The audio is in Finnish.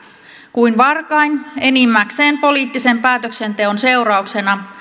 kuin varkain enimmäkseen poliittisen päätöksenteon seurauksena